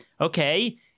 okay